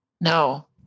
No